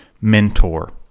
mentor